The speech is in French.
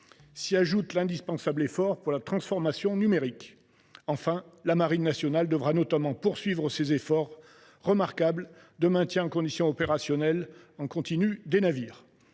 à cela l’indispensable effort pour la transformation numérique. Enfin, la marine nationale devra notamment poursuivre ses efforts remarquables de maintien en condition opérationnelle en continu des navires.